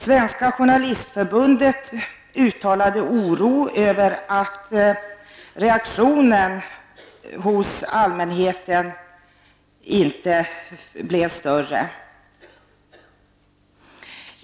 Svenska Journalistförbundet uttalade oro över att reaktionen hos allmänheten inte blev större.